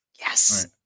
yes